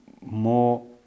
more